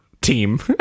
team